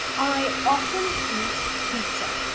i often eat pizza